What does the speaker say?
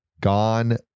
gone